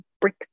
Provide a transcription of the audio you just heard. brick